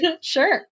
Sure